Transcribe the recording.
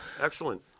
Excellent